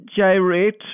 gyrate